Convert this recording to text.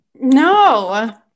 No